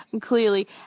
clearly